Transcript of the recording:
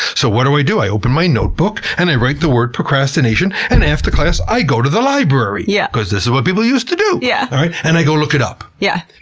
so what do i do? i open my notebook and i write the word procrastination, and after class i go to the library. yeah because this is what people used to do! yeah and i go look it up. yeah